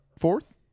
Fourth